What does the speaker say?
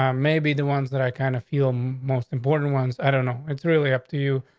um maybe the ones that i kind of feel most important ones. i don't know. it's really up to you.